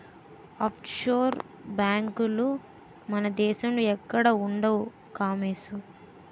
offshore బేంకులు మన దేశంలో ఎక్కడా ఉండవు కామోసు